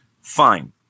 Fine